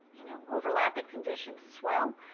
you know, overlapping conditions as well.